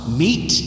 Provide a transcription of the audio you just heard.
meet